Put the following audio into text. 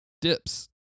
Dips